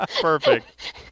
Perfect